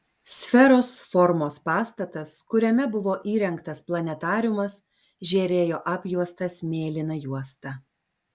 sferos formos pastatas kuriame buvo įrengtas planetariumas žėrėjo apjuostas mėlyna juosta